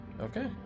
Okay